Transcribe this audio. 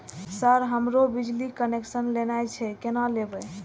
Sir हमरो बिजली connection लेना छे केना लेबे?